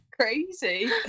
crazy